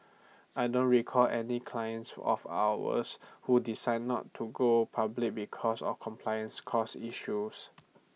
I don't recall any clients of ours who decided not to go public because of compliance costs issues